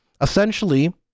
Essentially